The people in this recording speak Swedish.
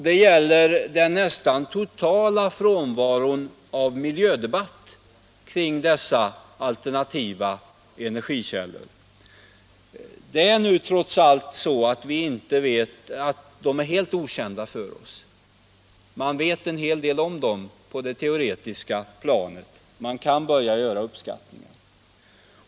Det gäller den nästan totala frånvaron av miljödebatt kring dessa alternativa energikällor. Det är trots allt så att de inte är helt okända för oss — man vet en hel del om dem på det teoretiska planet, man kan börja göra uppskattningar.